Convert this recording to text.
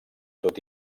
tot